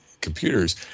computers